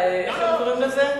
איך קוראים לזה?